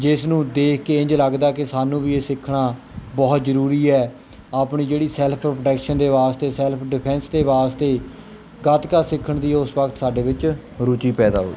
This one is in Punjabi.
ਜਿਸ ਨੂੰ ਦੇਖ ਕੇ ਇੰਝ ਲੱਗਦਾ ਕਿ ਸਾਨੂੰ ਵੀ ਇਹ ਸਿੱਖਣਾ ਬਹੁਤ ਜ਼ਰੂਰੀ ਹੈ ਆਪਣੀ ਜਿਹੜੀ ਸੈਲਫ ਪ੍ਰੋਟੈਕਸ਼ਨ ਦੇ ਵਾਸਤੇ ਸੈਲਫ ਡਿਫੈਂਸ ਦੇ ਵਾਸਤੇ ਗਤਕਾ ਸਿੱਖਣ ਦੀ ਉਸ ਵਕਤ ਸਾਡੇ ਵਿੱਚ ਰੂਚੀ ਪੈਦਾ ਹੋਈ